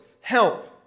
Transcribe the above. help